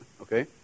Okay